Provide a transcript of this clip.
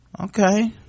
okay